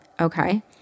Okay